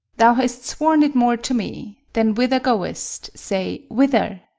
thou hast sworn it more to me then whither goest say, whither?